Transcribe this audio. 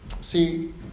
See